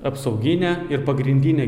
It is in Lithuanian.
apsauginė ir pagrindinė